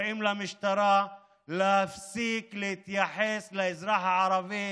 אנחנו מפה קוראים למשטרה להפסיק להתייחס לאזרח הערבי